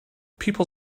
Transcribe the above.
people